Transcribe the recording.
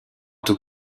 tout